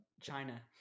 China